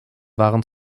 waren